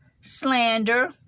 slander